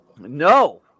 No